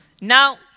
Now